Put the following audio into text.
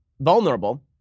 vulnerable